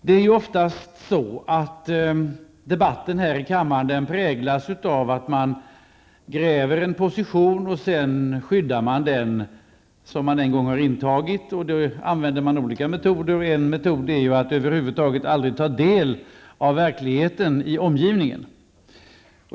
Det är ju oftast så, att debatten här i kammaren präglas av att man gräver en position som man sedan skyddar. Då använder man olika metoder. En metod är ju att över huvud taget aldrig ta del av verkligheten i omgivningen.